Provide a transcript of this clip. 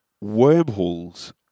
wormholes